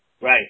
Right